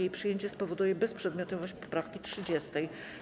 Jej przyjęcie spowoduje bezprzedmiotowość poprawki 30.